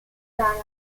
toscana